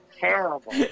terrible